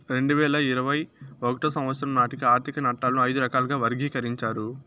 రెండు వేల ఇరవై ఒకటో సంవచ్చరం నాటికి ఆర్థిక నట్టాలను ఐదు రకాలుగా వర్గీకరించారు